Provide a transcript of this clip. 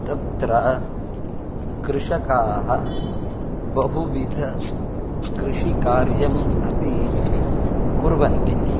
तत्र कृषकाः बहुविधकृषिकार्यम् अपि कुर्वन्ति